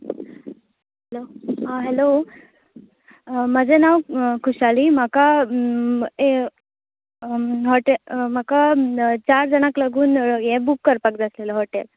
आ hello म्हाजे नांव खूशाली म्हाका म्हाका चार जाणांक लागून हे बूक करपाक जाय आसलेलें हॉटेल